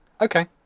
Okay